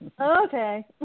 Okay